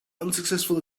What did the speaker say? unsuccessful